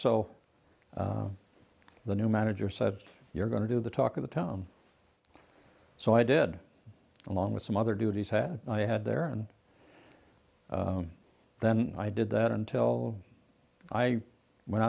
so the new manager said you're going to do the talk of the town so i did along with some other duties had i had there and then i did that until i went